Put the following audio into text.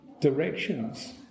directions